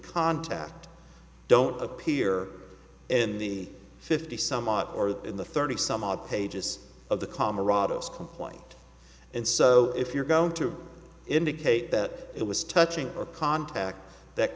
contact don't appear in the fifty some odd or in the thirty some odd pages of the camaraderie is complaint and so if you're going to indicate that it was touching or contact that